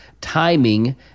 timing